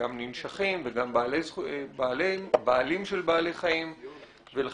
ננשכים וגם בעלים של בעלי חיים ולכן,